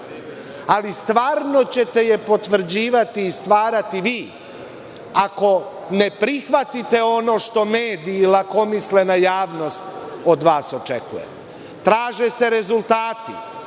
Stvarno ćete je potvrđivati i stvarati vi, ako ne prihvatite ono što mediji i lakomislena javnost od vas očekuju. Traže se rezultati.